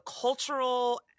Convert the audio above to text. cultural